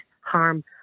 harm